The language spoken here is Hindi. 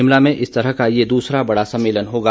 शिमला में इस तरह का ये दूसरा बड़ा सम्मेलन होगा